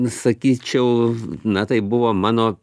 sakyčiau na tai buvo mano